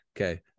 Okay